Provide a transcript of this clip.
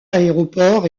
aéroport